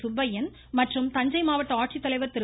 சுப்பையன் மற்றும் தஞ்சை மாவட்ட ஆட்சித்தலைவர் திரு